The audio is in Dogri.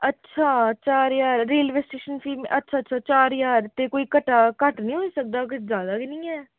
अच्छा चार ज्हार रेलवे स्टेशन फ्ही अच्छा अच्छा चार ज्हार ते कोई घटा घट्ट निं होई सकदा किश जैदा ते निं ऐं